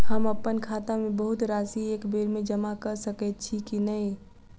हम अप्पन खाता मे बहुत राशि एकबेर मे जमा कऽ सकैत छी की नै?